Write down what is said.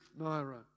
Naira